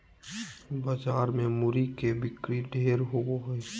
बाजार मे मूरी के बिक्री ढेर होवो हय